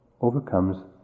overcomes